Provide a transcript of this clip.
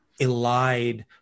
elide